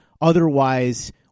otherwise